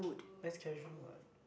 that's casual what